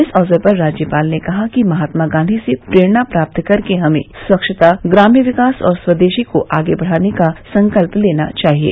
इस अवसर पर राज्यपाल ने कहा कि महात्मा गांधी से प्रेरणा प्राप्त कर के हमें स्वच्छता ग्राम्य विकास और स्वदेशी को आगे बढ़ाने का संकल्प लेना चाहिये